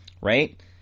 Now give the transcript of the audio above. right